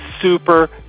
super